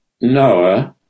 Noah